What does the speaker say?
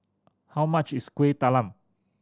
how much is Kuih Talam